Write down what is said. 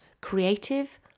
creative